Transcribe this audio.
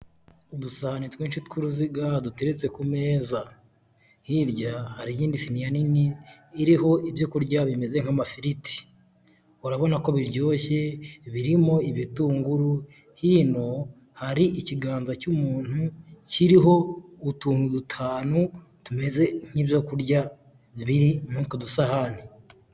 Udusahane twinshi tw'uruziga duteretse ku meza, hirya hari iyindi siniya nini iriho ibyo kurya bimeze nk'amafiriti, urabona ko biryoshye, birimo ibitunguru, hinmo hari ikiganza cy'umuntu kiriho utuntu dutanu tumeze nk'ibyo kurya biri mu two dusahane.